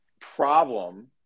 problem